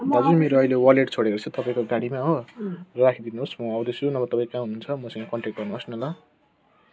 भाउजू मेरो अहिले वालेट छोडेको छ तपाईँको गाडीमा हो राखिदिनुहोस् म आउँदैछु नभए तपाईँ कहाँ हुनुहुन्छ मसँग कन्ट्याक्ट गर्नुहोस् न ल